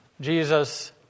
Jesus